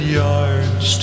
yards